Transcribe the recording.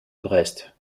brest